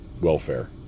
welfare